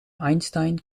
einstein